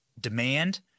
demand